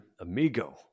Amigo